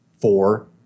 four